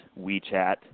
WeChat